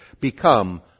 become